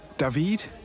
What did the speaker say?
David